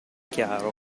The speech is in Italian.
chiaro